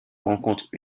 rencontrent